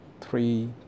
three